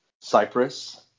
Cyprus